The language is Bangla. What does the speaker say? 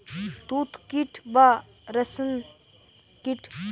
তুত কীট বা রেশ্ম কীট